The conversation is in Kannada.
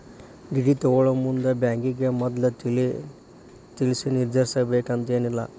ಡಿ.ಡಿ ತಗ್ಸ್ಕೊಳೊಮುಂದ್ ಬ್ಯಾಂಕಿಗೆ ಮದ್ಲ ತಿಳಿಸಿರ್ಬೆಕಂತೇನಿಲ್ಲಾ